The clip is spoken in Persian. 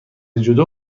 جودو